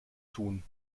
tun